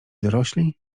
dorośli